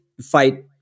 fight